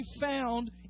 found